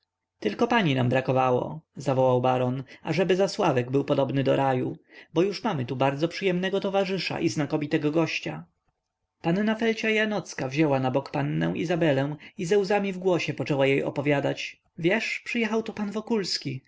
tylko pani nam brakło zawołał baron ażeby zasławek był podobny do raju bo już mamy tu bardzo przyjemnego towarzysza i znakomitego gościa panna felcia janocka wzięła na bok pannę izabelę i ze łzami w głosie poczęła jej opowiadać wiesz przyjechał tu pan